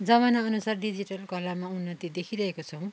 जमाना अनुसार डिजिटल कलामा उन्नति देखिरहेका छौँ